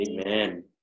Amen